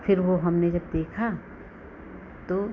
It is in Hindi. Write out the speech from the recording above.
फ़िर वह हमने जब देखा तो